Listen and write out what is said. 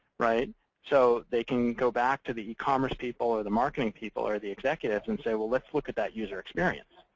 so they can go back to the e-commerce people or the marketing people or the executives and say, well, let's look at that user experience.